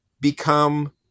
become